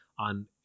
on